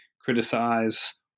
criticize